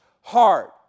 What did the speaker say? heart